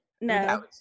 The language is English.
no